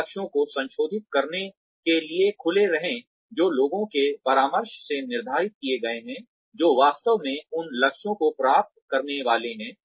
उन लक्ष्यों को संशोधित करने के लिए खुले रहें जो लोगों के परामर्श से निर्धारित किए गए हैं जो वास्तव में उन लक्ष्यों को प्राप्त करने वाले हैं